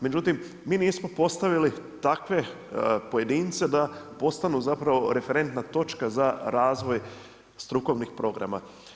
Međutim, mi nismo postavili takve pojedince da postanu zapravo referentna točka za razvoj strukovnih programa.